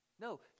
No